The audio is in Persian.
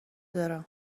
دارم